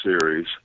series